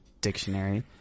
dictionary